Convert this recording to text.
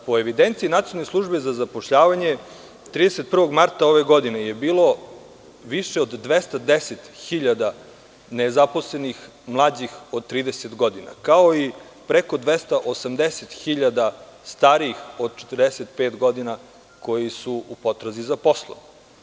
Po evidenciji Nacionalne službe za zapošljavanje, 31. marta ove godine je bilo više od 210.000 nezaposlenih mlađih od 30 godina, kao i preko 280.000 starijih od 45 godina koji su u potrazi za poslom.